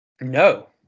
No